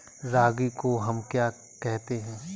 रागी को हम क्या कहते हैं?